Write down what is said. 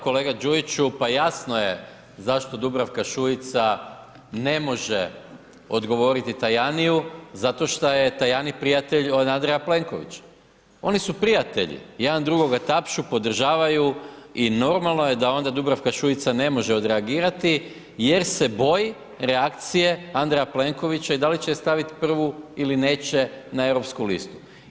Kolega Đujiću, pa jasno je zašto Dubravka Šuica ne može odgovoriti Tajaniju, zato šta je Tajani prijatelj od Andreja Plenkovića, oni su prijatelji, jedan drugoga tapšu, podržavaju i normalno je da onda Dubravka Šuica ne može odreagirati jer se boji reakcije Andreja Plenkovića i da li je će je staviti prvu ili neće na europsku listu.